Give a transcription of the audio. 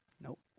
Nope